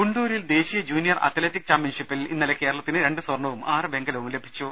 ഗുണ്ടൂരിൽ ദേശീയ junior athletic ചാമ്പ്യൻഷിപ്പിൽ ഇന്നലെ കേരളത്തിന് രണ്ട് സ്വർണ്ണവും ആറ് വെങ്കലവും ലഭിച്ചു